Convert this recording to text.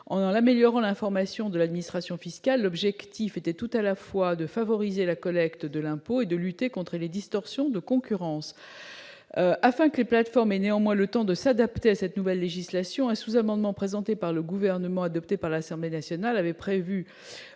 En améliorant l'information de l'administration fiscale, l'objectif était tout à la fois de favoriser la collecte de l'impôt et de lutter contre les distorsions de concurrence. Afin que les plateformes aient néanmoins le temps de s'adapter à cette nouvelle législation, le Gouvernement avait présenté un sous-amendement, qui avait été adopté par l'Assemblée nationale, visant